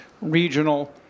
regional